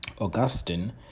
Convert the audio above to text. Augustine